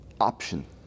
option